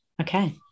Okay